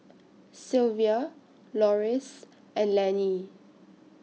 Sylvia Loris and Laney